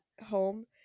home